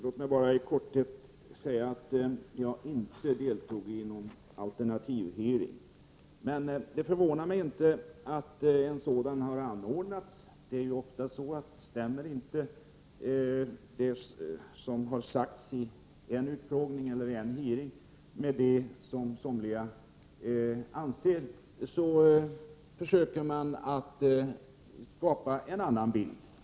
Herr talman! Låt mig bara säga att jag inte deltog i någon alternativ hearing. Men det förvånar mig inte att en sådan har anordnats. Det är ju ofta så, att om det som har sagts i en hearing inte stämmer med det som somliga anser, försöker man skapa en annan bild.